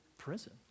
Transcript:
prison